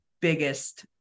biggest